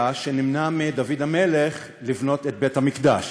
היה שנמנע מדוד המלך לבנות את בית-המקדש.